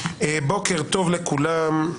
בוקר טוב לכולם.